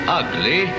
ugly